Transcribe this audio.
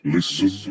Listen